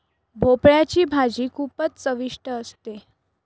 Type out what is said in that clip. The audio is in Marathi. भोपळयाची भाजी खूपच चविष्ट असते